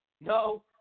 no